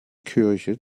kirche